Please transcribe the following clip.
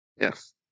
Yes